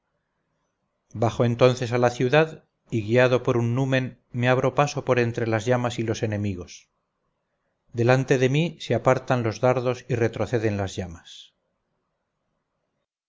bajo entonces a la ciudad y guiado por un numen me abro paso por entre las llamas y los enemigos delante de mí se apartan los dardos y retroceden las llamas